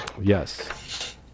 Yes